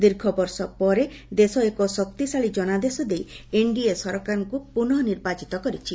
ଦୀର୍ଘ ବର୍ଷ ପରେ ଦେଶ ଏକ ଶକ୍ତିଶାଳୀ ଜନାଦେଶ ଦେଇ ଏନ୍ଡିଏ ସରକାରଙ୍କୁ ପୁନଃ ନିର୍ବାଚିତ କରିଛି